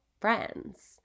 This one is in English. friends